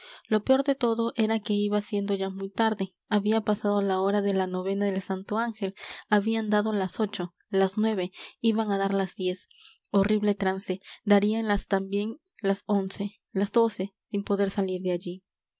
lo peor de todo era que iba siendo ya muy tarde había pasado la hora de la novena del santo ángel habían dado las ocho las nueve iban a dar las diez horrible trance darían las también las once las doce sin poder salir de allí